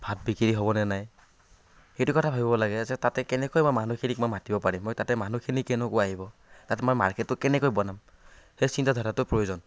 ভাত বিক্ৰী হ'বনে নাই সেইটো কথা ভাবিব লাগে যে তাতে কেনেকৈ মই মানুহখিনিক মই মাতিব পাৰিম মই তাতে মানুহখিনি কেনেকুৱা আহিব তাত মই মাৰ্কেটটো কেনেকৈ বনাম সেই চিন্তা ধাৰাটো প্ৰয়োজন